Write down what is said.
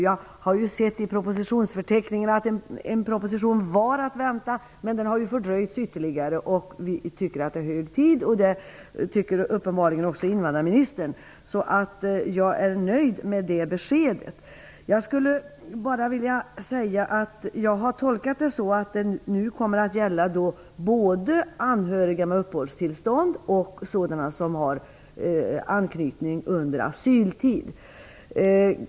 Jag har sett i propositionsförteckningen att en proposition var att vänta, men den har fördröjts ytterligare. Vi tycker att det nu är hög tid, och det tycker uppenbarligen också invandrarministern. Jag är nöjd med det beskedet. Jag har tolkat det så, att det nu kommer att gälla både anhöriga med uppehållstillstånd och sådana som har anknytning under asyltid.